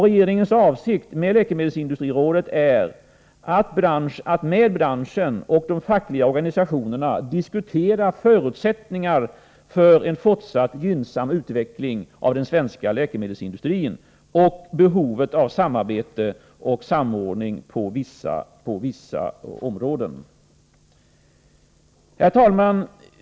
Regeringens avsikt med läkemedelsindustrirådet är att med branschen och de fackliga organisationerna diskutera förutsättningar för en fortsatt gynnsam utveckling av den svenska läkemedelsindustrin liksom behovet av samarbete och samordning på vissa områden. Herr talman!